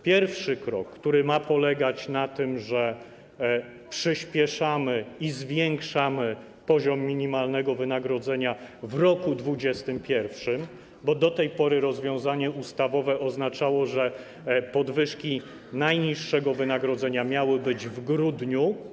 Pierwszy krok, który ma polegać na tym, że przyspieszamy i zwiększamy poziom minimalnego wynagrodzenia w roku 2021, bo do tej pory rozwiązanie ustawowe oznaczało, że podwyżki najniższego wynagrodzenia miały być w grudniu.